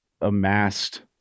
amassed